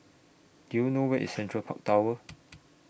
Do YOU know Where IS Central Park Tower